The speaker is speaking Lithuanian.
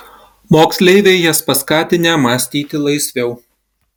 moksleiviai jas paskatinę mąstyti laisviau